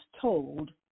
told